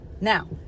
Now